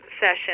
session